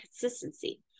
consistency